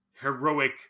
heroic